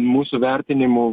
mūsų vertinimu